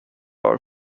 are